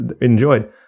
enjoyed